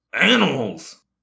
Animals